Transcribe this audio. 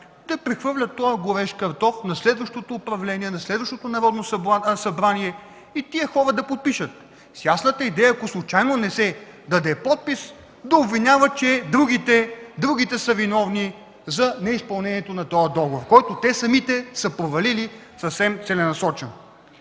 да прехвърлят този горещ картоф на следващото управление, на следващото Народно събрание и тези хора да подпишат. Имали са ясната идея, че ако случайно не се даде подпис, да обвиняват, че другите са виновни за неизпълнението на този договор, който самите те са провалили съвсем целенасочено.